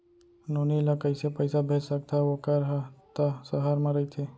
नोनी ल कइसे पइसा भेज सकथव वोकर हा त सहर म रइथे?